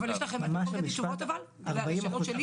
אבל יש לכם תשובות לשאלות שלי?